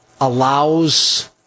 allows